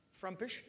frumpish